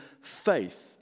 faith